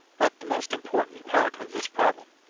but the most important part of this problem.